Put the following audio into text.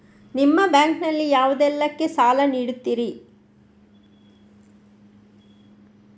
ನಿಮ್ಮ ಬ್ಯಾಂಕ್ ನಲ್ಲಿ ಯಾವುದೇಲ್ಲಕ್ಕೆ ಸಾಲ ನೀಡುತ್ತಿರಿ?